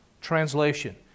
Translation